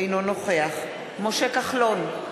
אינו נוכח משה כחלון,